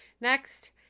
Next